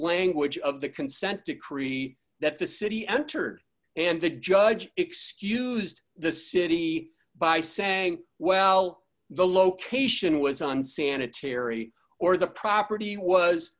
language of the consent decree that the city entered and the judge excused the city by saying well the location was unsanitary or the property was